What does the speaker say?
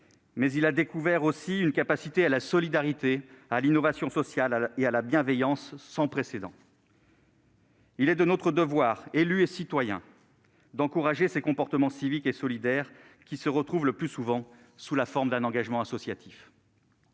mais aussi une capacité à la solidarité, à l'innovation sociale et à la bienveillance sans précédent. Il est de notre devoir d'élus et de citoyens d'encourager ces comportements civiques et solidaires, qui se retrouvent le plus souvent sous la forme d'un engagement associatif.